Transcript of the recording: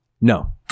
No